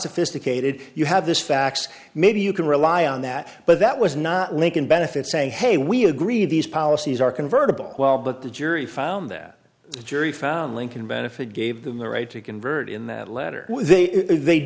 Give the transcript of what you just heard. sophisticated you have this fax maybe you can rely on that but that was not lincoln benefit saying hey we agree these policies are convertible well but the jury found that the jury found lincoln benefit gave them the right to convert in that letter they